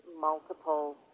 multiple